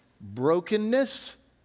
brokenness